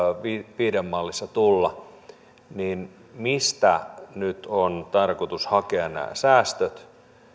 viiden mallissa tulla niin mistä nyt on tarkoitus hakea nämä säästöt